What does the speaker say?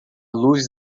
luz